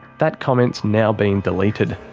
that comment's now been deleted.